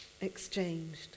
exchanged